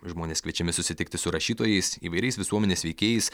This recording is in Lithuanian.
žmonės kviečiami susitikti su rašytojais įvairiais visuomenės veikėjais